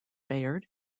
bayard